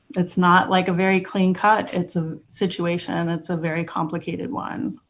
it's not like a very clean cut. it's a situation, it's a very complicated one.